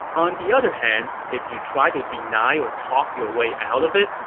on the other hand, if you try to deny or talk your way out of it,